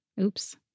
Oops